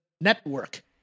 Network